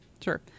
Sure